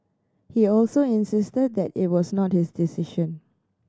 he also insisted that it was not his decision